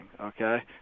okay